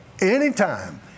Anytime